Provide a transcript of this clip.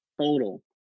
total